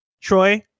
Troy